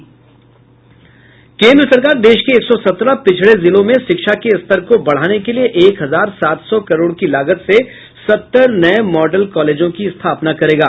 केन्द्र सरकार बिहार सहित देश के एक सौ सत्रह पिछड़े जिलों में शिक्षा के स्तर को बढ़ाने के लिए एक हजार सात सौ करोड़ की लागत से सत्तर नए मॉडल कालेजों की स्थापना करेगी